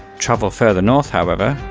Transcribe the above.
travel further north, however,